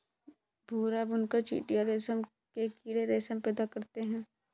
भूरा बुनकर चीटियां रेशम के कीड़े रेशम पैदा करते हैं